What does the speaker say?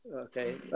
Okay